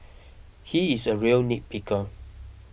he is a real nitpicker